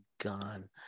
gone